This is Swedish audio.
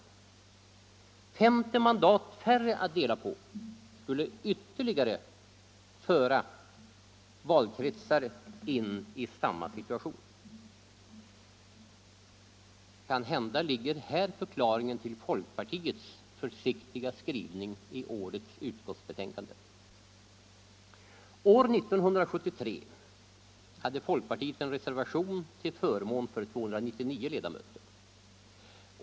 Vissa grundlagsfrå 50 mandat färre att dela på skulle föra ytterligare valkretsar in i samma = gor situation. Kanhända ligger här förklaringen till folkpartiets försiktiga skrivning i årets utskottsbetänkande. År 1973 hade folkpartiet en reservation till förmån för 299 ledamöter.